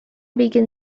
begin